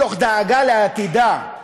מתוך דאגה לעתידה.